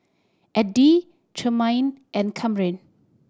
Eddy Tremaine and Kamryn